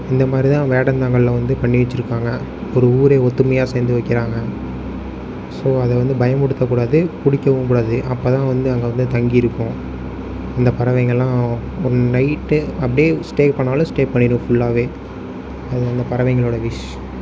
இந்த மாதிரி தான் வேடந்தாங்கலில் வந்து பண்ணி வச்சிருக்காங்க ஒரு ஊரே ஒற்றுமையா சேர்ந்து வைக்கிறாங்க ஸோ அதை வந்து பயமுறுத்தக்கூடாது பிடிக்கவும் கூடாது அப்போதான் வந்து அங்கே வந்து தங்கியிருக்கும் அந்தப் பறவைங்களாம் ஒன் நைட்டு அப்படியே ஸ்டே பண்ணாலும் ஸ்டே பண்ணிடும் ஃபுல்லாகவே அது அந்த பறவைங்களோடய விஷ்